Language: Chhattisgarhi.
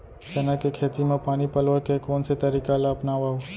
चना के खेती म पानी पलोय के कोन से तरीका ला अपनावव?